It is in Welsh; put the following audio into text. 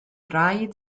rhaid